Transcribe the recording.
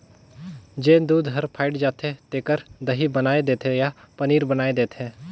जेन दूद हर फ़ायट जाथे तेखर दही बनाय देथे या पनीर बनाय देथे